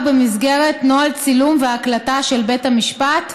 במסגרת נוהל צילום והקלטה בבתי המשפט,